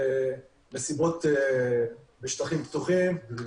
מסיבות בשטחים פתוחים,